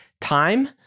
time